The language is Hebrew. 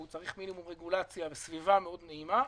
והוא צריך מינימום רגולציה וסביבה מאוד נעימה,